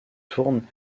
tourne